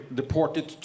deported